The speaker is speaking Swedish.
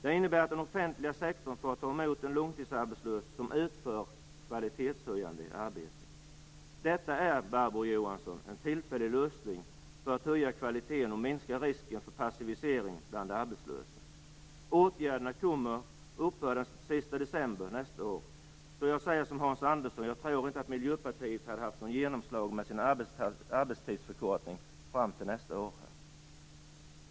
Det innebär att den offentliga sektorn får ta emot en långtidsarbetslös som utför kvalitetshöjande arbete. Detta är, Barbro Johansson, en tillfällig lösning för att höja kvaliteten och minska risken för passivisering bland de arbetslösa. Åtgärden kommer att upphöra den sista december nästa år. Jag säger som Hans Andersson: Jag tror inte att Miljöpartiet hade haft något genomslag med sin arbetstidsförkortning fram till nästa år.